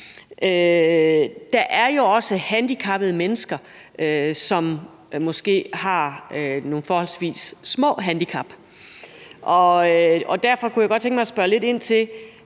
der er jo også handicappede mennesker, som måske har nogle forholdsvis små handicap, og derfor kunne jeg godt tænke mig at spørge lidt ind i